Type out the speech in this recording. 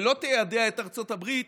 ולא תיידע את ארצות הברית